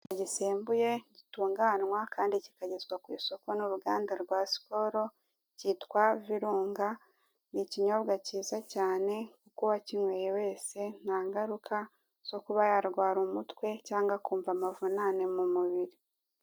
Gisembuye gitunganywa kandi kikagezwa ku isoko n'uruganda rwa Skol, kitwa Virunga, ni ikinyobwa kiza cyane , kuko uwakinyweye wese, nta ngaruka zo kuba yarwara umutwe cyangwa kumva amavunane mu mubiri.